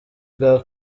bwa